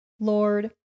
Lord